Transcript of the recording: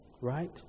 Right